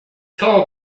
called